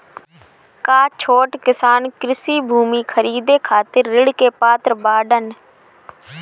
का छोट किसान कृषि भूमि खरीदे खातिर ऋण के पात्र बाडन?